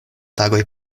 tagoj